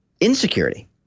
insecurity